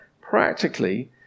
practically